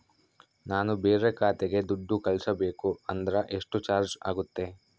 ನಾನು ಬೇರೆ ಖಾತೆಗೆ ದುಡ್ಡು ಕಳಿಸಬೇಕು ಅಂದ್ರ ಎಷ್ಟು ಚಾರ್ಜ್ ಆಗುತ್ತೆ?